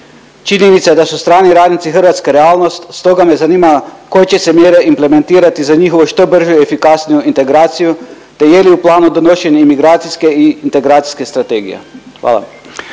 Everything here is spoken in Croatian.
Činjenica je da su strani radnici hrvatska realnost, stoga me zanima koje će se mjere implementirati za njihovo što bržu i efikasniju integraciju te je li u planu donošenje imigracijske i integracijske strategije? Hvala.